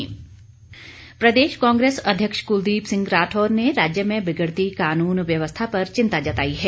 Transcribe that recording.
राठौर प्रदेश कांग्रेस अध्यक्ष कुलदीप सिंह राठौर ने राज्य में बिगड़ती कानून व्यवस्था पर चिंता जताई है